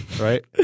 Right